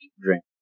drink